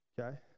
okay